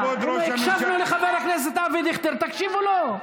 הינה, הקשבנו לחבר הכנסת אבי דיכטר, תקשיבו לו.